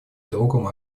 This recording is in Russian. другом